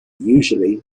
usually